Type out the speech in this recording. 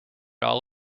all